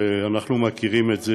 ואנחנו מכירים בזה.